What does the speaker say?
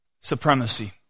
supremacy